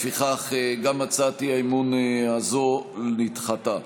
לפיכך, גם הצעת האי-אמון הזו נדחתה.